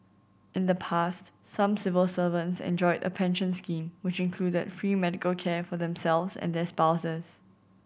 in the past some civil servants enjoyed a pension scheme which included free medical care for themselves and their spouses